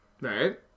Right